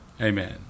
Amen